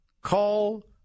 call